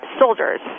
soldiers